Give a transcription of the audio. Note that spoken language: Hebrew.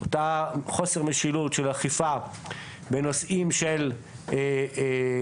חוסר של משילות של אכיפה בנושאים של קידוחים